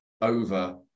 over